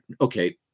okay